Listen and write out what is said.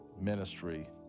ministry